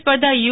સ્પર્ધા યુ